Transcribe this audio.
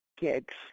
gigs